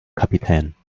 kapitän